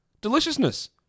Deliciousness